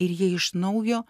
ir jie iš naujo